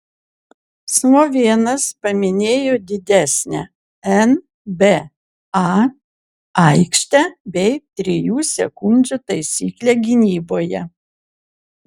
slovėnas paminėjo didesnę nba aikštę bei trijų sekundžių taisyklę gynyboje